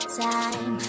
time